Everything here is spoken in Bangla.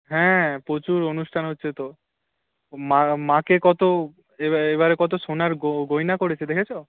হ্যাঁ প্রচুর অনুষ্ঠান হচ্ছে তো মা মাকে কত এবারে কত সোনার গয়না করেছে দেখেছ